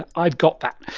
i've got that.